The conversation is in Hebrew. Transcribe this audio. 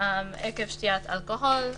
עקב שתיית אלכוהול,